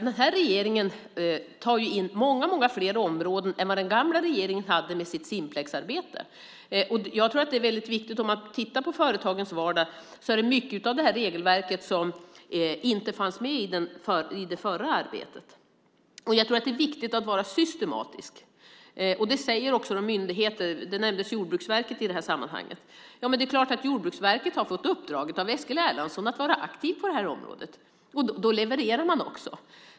Den här regeringen tar in många, många fler områden än vad den gamla regeringen gjorde med sitt Simplexarbete. I företagens vardag är det mycket av regelverket som inte fanns med i det förra arbetet. Jag tror att det är viktigt att vara systematisk. Det säger också myndigheter, och Jordbruksverket nämndes i det här sammanhanget. Det är klart att Jordbruksverket har fått uppdraget av Eskil Erlandsson att vara aktivt på det här området, och då levererar man också.